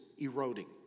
eroding